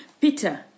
Peter